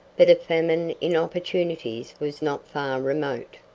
but a famine in opportunities was not far remote.